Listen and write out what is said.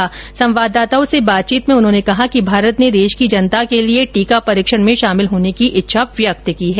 कल संवाददाताओं से बातचीत में उन्होंने कहा कि भारत ने देश की जनता के लिए टीका परीक्षण में शामिल होने की इच्छा व्यक्त की है